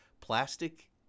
Plastic